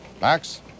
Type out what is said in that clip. Max